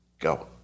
Go